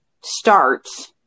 starts